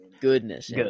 goodness